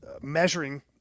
measuring